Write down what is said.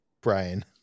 Brian